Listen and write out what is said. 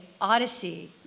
Odyssey